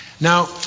Now